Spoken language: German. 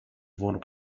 wohnung